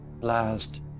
last